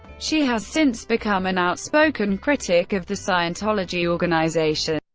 she has since become an outspoken critic of the scientology organization,